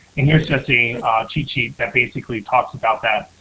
and here's just a cheat sheet that basically talks about that,